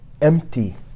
empty